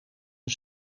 een